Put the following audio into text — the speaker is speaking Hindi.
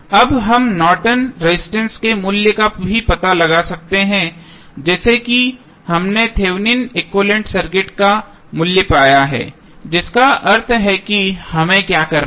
अब हम नॉर्टन रेजिस्टेंस Nortons resistance के मूल्य का भी पता लगा सकते हैं जैसे कि हमने थेवेनिन एक्विवैलेन्ट सर्किट का मूल्य पाया है जिसका अर्थ है कि हमें क्या करना है